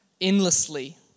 endlessly